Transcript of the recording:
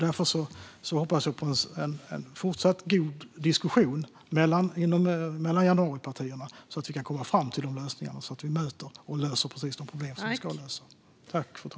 Jag hoppas på en fortsatt god diskussion mellan januaripartierna så att vi kan komma fram till de lösningarna och löser de problem som vi ska lösa.